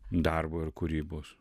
darbo ir kūrybos